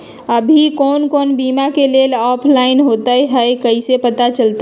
अभी कौन कौन बीमा के लेल अपलाइ होईत हई ई कईसे पता चलतई?